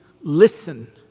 Listen